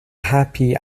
happy